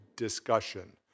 discussion